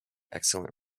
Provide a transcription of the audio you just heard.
excellent